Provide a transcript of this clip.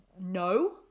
no